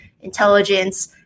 intelligence